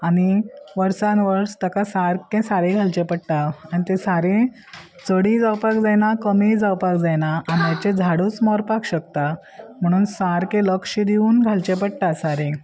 आनी वर्सान वर्स ताका सारकें सारें घालचें पडटा आनी ते सारे चडय जावपाक जायना कमीय जावपाक जायना आंब्याचें झाडूच मरपाक शकता म्हणून सारके लक्ष दिवन घालचे पडटा सारें